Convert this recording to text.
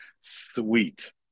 Sweet